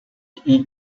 hee